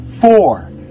four